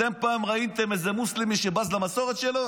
אתם פעם ראיתם איזה מוסלמי שבז למסורת שלו?